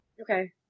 Okay